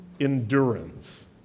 endurance